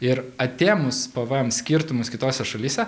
ir atėmus pvm skirtumus kitose šalyse